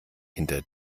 hinter